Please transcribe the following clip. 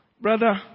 Brother